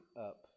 up